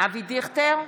אבי דיכטר,